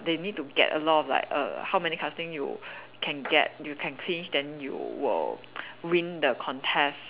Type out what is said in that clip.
they need to get a lot of like err how many casting you can get you can clinch then you will win the contest